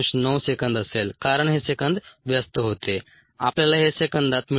9 second असेल कारण हे सेकंद व्यस्त होते आपल्याला हे सेकंदात मिळते